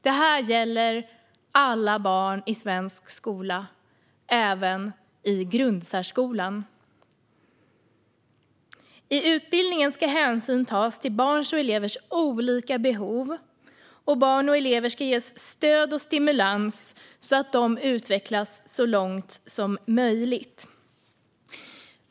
Det här gäller alla barn i svensk skola, även i grundsärskolan. I utbildningen ska hänsyn tas till barns och elevers olika behov. Barn och elever ska ges stöd och stimulans så att de utvecklas så långt som möjligt.